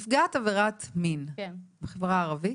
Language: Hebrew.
נערה נפגעת עבירת מין בחברה הערבית,